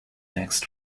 next